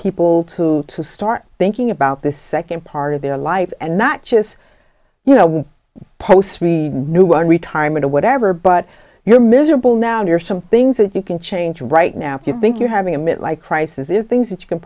people to start thinking about this second part of their life and not just you know post new one retirement or whatever but you're miserable now and are some things that you can change right now you think you're having a midlife crisis if things that you can